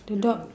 the dog